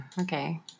Okay